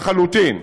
לחלוטין.